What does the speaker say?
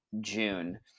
June